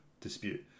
dispute